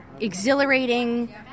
exhilarating